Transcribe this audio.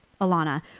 Alana